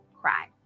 cry